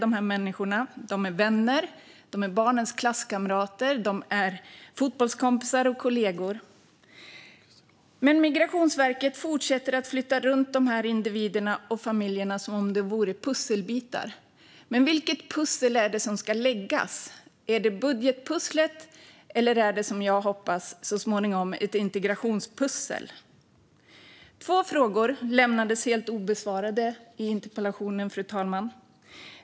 De är vänner. De är barnens klasskamrater. De är fotbollskompisar och kollegor. Men Migrationsverket fortsätter att flytta runt dessa individer och familjer som om de vore pusselbitar. Men vilket pussel är det som ska läggas? Är det budgetpusslet? Eller är det, som jag hoppas, ett integrationspussel? Två frågor i interpellationen lämnades helt obesvarade, fru talman.